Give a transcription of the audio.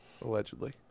Allegedly